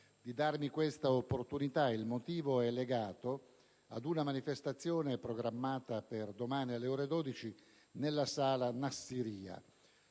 di intervenire. Il motivo è legato ad una manifestazione programmata per domani, alle ore 12, nella Sala Nassirya.